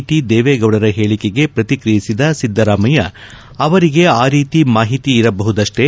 T ದೇವೇಗೌಡರ ಹೇಳಿಕೆಗೆ ಪ್ರತಿಕ್ರಯಿಸಿದ ಸಿದ್ದರಾಮಯ್ಯ ಅವರಿಗೆ ಆ ರೀತಿ ಮಾಹಿತಿ ಇರಬಹುದಷ್ವೇ